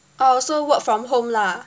oh so work from home lah